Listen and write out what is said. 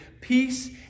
peace